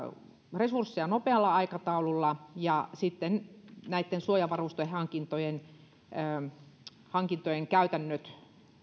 resursseja nopealla aikataululla ja sitten myöskin näitten suojavarustehankintojen käytännöt